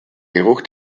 geruch